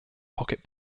pocket